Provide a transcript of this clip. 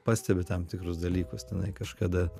pastebi tam tikrus dalykus tenai kažkada